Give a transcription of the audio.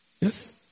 Yes